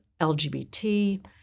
LGBT